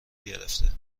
گرفته